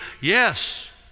yes